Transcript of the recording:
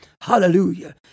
Hallelujah